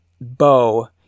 bow